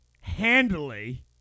handily